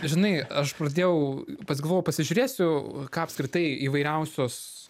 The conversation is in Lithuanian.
žinai aš pradėjau pats galvojau pasižiūrėsiu ką apskritai įvairiausios